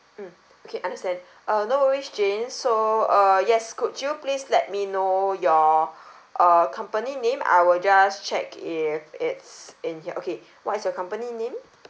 mm okay understand err no worries jane so uh yes could you please let me know your err company name I will just check if it's in here okay what is your company name